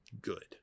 good